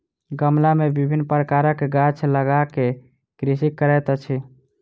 गमला मे विभिन्न प्रकारक गाछ लगा क कृषि करैत अछि